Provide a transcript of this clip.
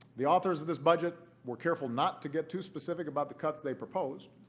the authors of this budget were careful not to get too specific about the cuts they proposed,